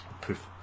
poof